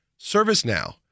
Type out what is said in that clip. ServiceNow